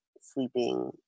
sleeping